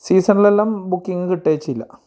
സീസൺലെല്ലാം booking കിട്ടേച്ചില്ല